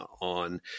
on